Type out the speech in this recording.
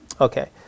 Okay